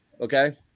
Okay